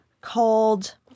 called